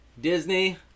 Disney